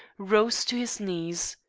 rose to his knees.